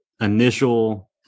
initial